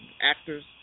actors